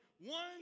one